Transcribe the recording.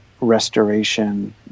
restoration